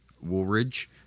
Woolridge